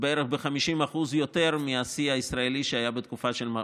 ובערך ב-50% יותר מהשיא הישראלי שהיה בתקופה של,